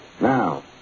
Now